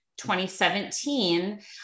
2017